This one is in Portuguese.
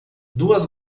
duas